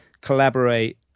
collaborate